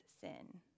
sin